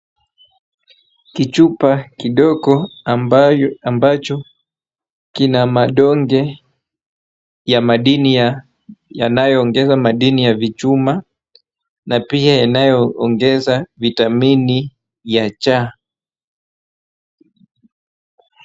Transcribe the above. Kichupa kidogo ambacho kina madonge ya madini yanayoongeza madini ya vichuma na pia yanayoongeza vitamini ya C.